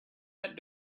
that